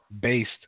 based